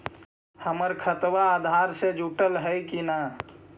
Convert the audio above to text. हमर खतबा अधार से जुटल हई कि न?